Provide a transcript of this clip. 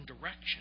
direction